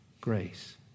grace